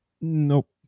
Nope